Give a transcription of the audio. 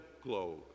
globe